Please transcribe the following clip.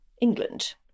England